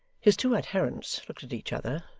his two adherents looked at each other,